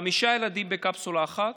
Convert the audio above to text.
חמישה ילדים בקפסולה אחת,